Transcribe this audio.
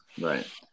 Right